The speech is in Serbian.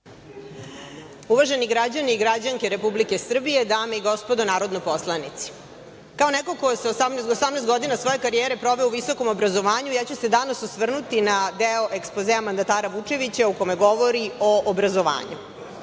Uvaženi građani i građanke Republike Srbije, dame i gospodo narodni poslanici, kao neko ko je 18 godina svoje karijere proveo u visokom obrazovanju, ja ću se danas osvrnuti na deo ekspozea mandatara Vučevića u kome govori o obrazovanju. Ono